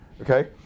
Okay